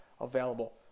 available